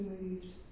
moved